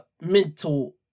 mental